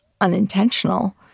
unintentional